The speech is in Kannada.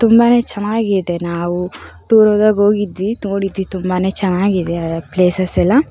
ತುಂಬಾನೇ ಚೆನ್ನಾಗಿದೆ ನಾವು ಟೂರ್ ಹೋದಾಗ ಹೋಗಿದ್ವಿ ನೋಡಿದ್ವಿ ತುಂಬಾನೇ ಚೆನ್ನಾಗಿದೆ ಆ ಪ್ಲೇಸಸೆಲ್ಲ